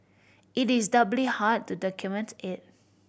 it is doubly hard to document it